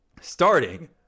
starting